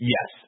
Yes